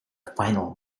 final